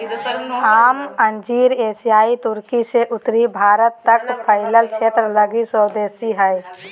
आम अंजीर एशियाई तुर्की से उत्तरी भारत तक फैलल क्षेत्र लगी स्वदेशी हइ